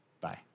Bye